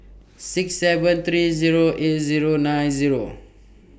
six seven three Zero eight Zero nine Zero